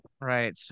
Right